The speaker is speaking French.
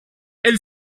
elle